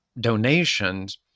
donations